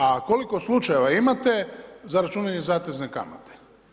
A koliko slučajeva imate za računanje zatezne kamate.